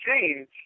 change –